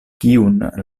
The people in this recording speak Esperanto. kiun